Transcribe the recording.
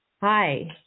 Hi